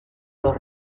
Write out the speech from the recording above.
los